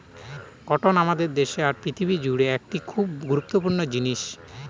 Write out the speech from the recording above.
cotton আমাদের দেশে আর পৃথিবী জুড়ে একটি খুব গুরুত্বপূর্ণ জিনিস